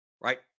right